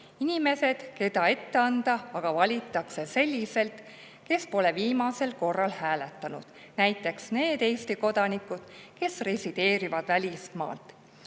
Inimesed, keda ette anda, aga valitakse sellised, kes viimasel korral ei hääletanud. Näiteks need Eesti kodanikud, kes resideerivad välismaal.